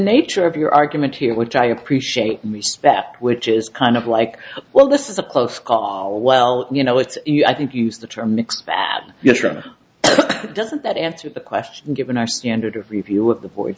nature of your argument here which i appreciate and respect which is kind of like well this is a close call well you know it's you i think used the term mixed bag doesn't that answer the question given our standard of review with the